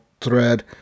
thread